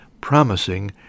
promising